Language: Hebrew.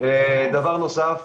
דבר נוסף,